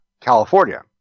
california